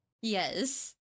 Yes